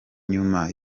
nyuma